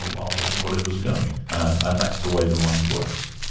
and i'll have whatever's going, and that's the way the mind works.